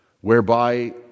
whereby